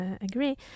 agree